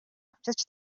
авчирч